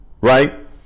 right